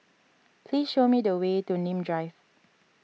please show me the way to Nim Drive